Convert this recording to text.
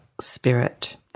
spirit